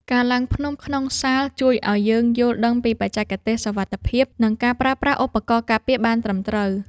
ការឡើងភ្នំក្នុងសាលជួយឱ្យយើងយល់ដឹងពីបច្ចេកទេសសុវត្ថិភាព និងការប្រើប្រាស់ឧបករណ៍ការពារបានត្រឹមត្រូវ។